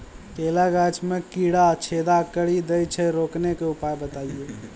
केला गाछ मे कीड़ा छेदा कड़ी दे छ रोकने के उपाय बताइए?